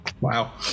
Wow